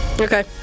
Okay